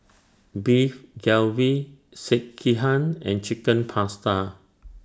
Beef Galbi Sekihan and Chicken Pasta